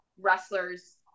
wrestlers